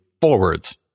forwards